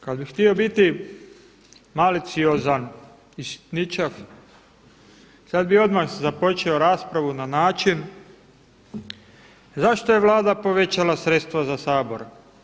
Kada bih htio biti maliciozan i sitničav sada bih odmah započeo raspravu na način zašto je Vlada povećala sredstva za Sabor?